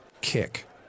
kick